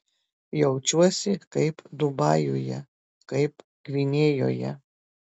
jaučiuosi kaip dubajuje kaip gvinėjoje